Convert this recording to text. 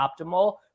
optimal